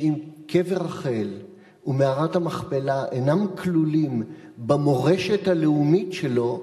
שאם קבר רחל ומערת המכפלה אינם כלולים במורשת הלאומית שלו,